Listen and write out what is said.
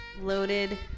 Loaded